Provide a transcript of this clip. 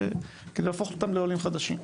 כדי להפוך אותם לעולים חדשים.